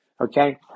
Okay